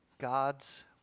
God's